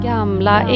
Gamla